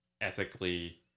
ethically